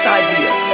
idea